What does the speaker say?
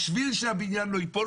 ובשביל שהבניין לא ייפול,